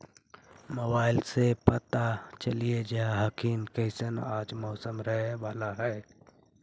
मोबाईलबा से पता चलिये जा हखिन की कैसन आज मौसम रहे बाला है?